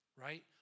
right